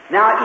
Now